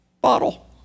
bottle